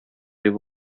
дип